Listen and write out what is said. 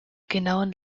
genauen